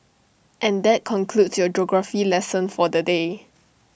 and that concludes your geography lesson for the day